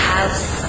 House